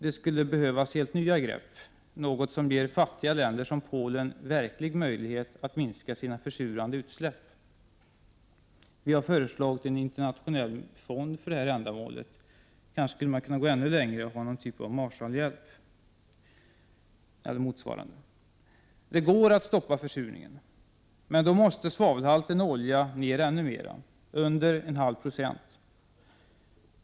Det skulle behövas helt nya grepp, något som ger fattiga länder som Polen verklig möjlighet att minska sina försurande utsläpp. Vi har föreslagit en internationell fond för detta ändamål. Kanske man skulle kunna gå ännu längre och ha någon typ av Marshallhjälp eller motsvarande. Det går att stoppa försurningen, men då måste svavelhalten i olja ner ännu mer, under en halv procent.